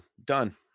done